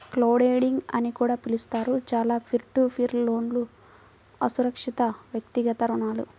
crowdlending అని కూడా పిలుస్తారు, చాలా పీర్ టు పీర్ లోన్లుఅసురక్షితవ్యక్తిగత రుణాలు